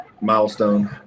milestone